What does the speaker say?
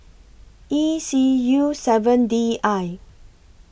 E C U seven D I